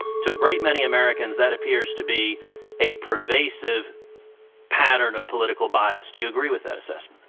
to a great many americans that appears to be a pervasive pattern of political bias, do you agree with that assessment?